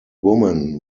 woman